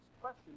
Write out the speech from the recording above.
question